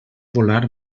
volar